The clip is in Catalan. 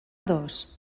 dos